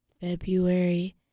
february